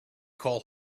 call